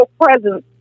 presence